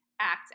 act